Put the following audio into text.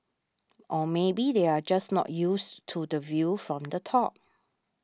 or maybe they are just not used to the view from the top